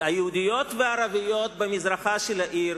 היהודיות והערביות במזרחה של העיר,